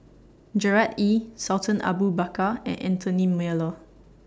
Gerard Ee Sultan Abu Bakar and Anthony Miller